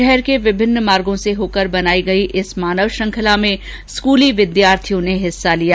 शहर के विभिन्न मार्गो से होकर बनाई गई इस मानव श्रंखला में स्कूल के विद्यार्थियों ने हिस्सा लिया